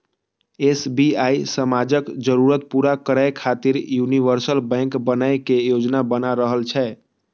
SBI समाजक जरूरत पूरा करै खातिर यूनिवर्सल बैंक बनै के योजना बना रहल छै